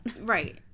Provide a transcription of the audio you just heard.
Right